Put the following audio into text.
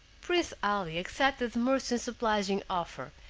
prince ali accepted the merchant's obliging offer,